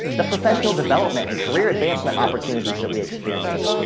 the professional development and career advancement opportunities that we experienced,